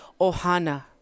ohana